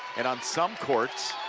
and on some courts,